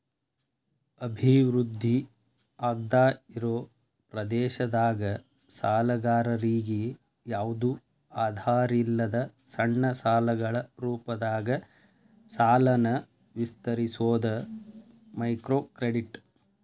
ಅಭಿವೃದ್ಧಿ ಆಗ್ದಾಇರೋ ಪ್ರದೇಶದಾಗ ಸಾಲಗಾರರಿಗಿ ಯಾವ್ದು ಆಧಾರಿಲ್ಲದ ಸಣ್ಣ ಸಾಲಗಳ ರೂಪದಾಗ ಸಾಲನ ವಿಸ್ತರಿಸೋದ ಮೈಕ್ರೋಕ್ರೆಡಿಟ್